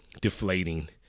deflating